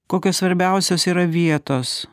kokios svarbiausios yra vietos